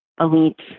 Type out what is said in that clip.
elite